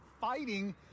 fighting